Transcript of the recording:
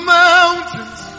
mountains